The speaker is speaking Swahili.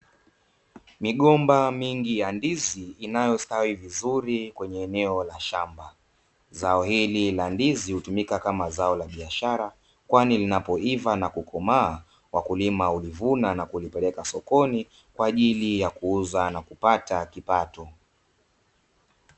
Migomba mingi ya ndizi, inayostawi vizuri kwenye eneo la shamba. Zao hili la ndizi hutumika kama zao la biashara, kwani linapoiva na kukomaa wakulima hulivuna na kulipeleka sokoni kwa ajili ya kuuza na kupata kipato.